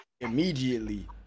immediately